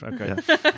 okay